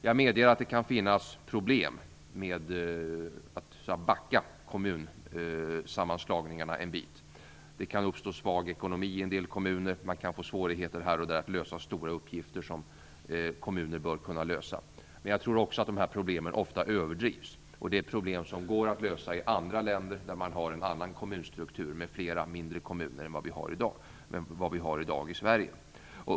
Jag medger att det kan finnas problem med att backa kommunsammanslagningarna en bit. Det kan uppstå svag ekonomi i en del kommuner. Man kan här och där få svårigheter att lösa stora uppgifter som kommuner bör kunna lösa. Men jag tror också att de här problemen ofta överdrivs. Det är problem som går att lösa i andra länder, där man har en annan kommunstruktur med flera mindre kommuner än vi har i dag i Sverige.